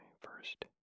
first